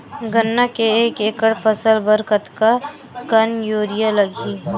गन्ना के एक एकड़ फसल बर कतका कन यूरिया लगही?